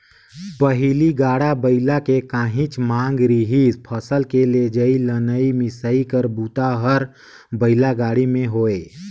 पहिली गाड़ा बइला के काहेच मांग रिहिस फसल के लेजइ, लनइ, मिसई कर बूता हर बइला गाड़ी में होये